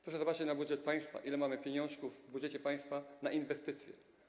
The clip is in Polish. Proszę spojrzeć na budżet państwa, na to, ile mamy pieniążków w budżecie państwa na inwestycje.